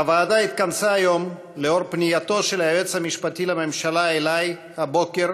הוועדה התכנסה היום לאור פנייתו של היועץ המשפטי לממשלה אלי הבוקר,